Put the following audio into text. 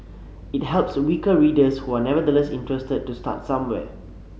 it helps weaker readers who are nevertheless interested to start somewhere